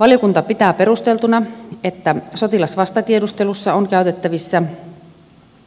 valiokunta pitää perusteltuna että sotilasvastatiedustelussa on käytettävissä